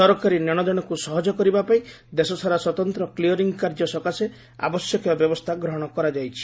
ସରକାରୀ ନେଶଦେଶକୁ ସହଜ କରିବା ପାଇଁ ଦେଶ ସାରା ସ୍ୱତନ୍ତ୍ର କ୍ଲିୟରିଂ କାର୍ଯ୍ୟ ସକାଶେ ଆବଶ୍ୟକୀୟ ବ୍ୟବସ୍ଥା ଗ୍ରହଣ କରାଯାଇଛି